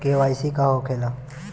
KYC का होखेला?